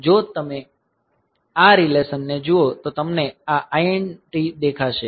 જો તમે આ રીલેશન ને જુઓ તો તમને આ INT દેખાશે